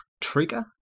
Trigger